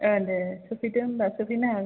ए दे सोफैदो होनबा सोफैनो हागोन